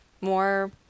more